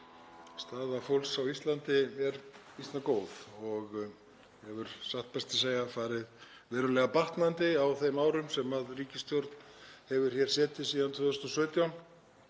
staða fólks á Íslandi er býsna góð og hefur satt best að segja farið verulega batnandi á þeim árum sem ríkisstjórn hefur setið síðan 2017